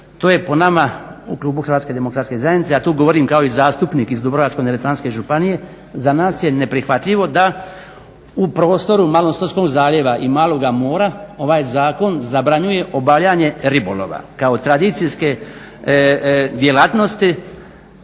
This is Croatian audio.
to je po nama u klubu HDZ-a a tu govorim kao i zastupnik iz Dubrovačko-neretvanske županije za nas je neprihvatljivo da u prostoru Malostonskog zaljeva i Maloga mora ovaj zakon zabranjuje obavljanje ribolova kao tradicijske djelatnosti